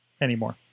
anymore